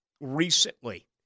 recently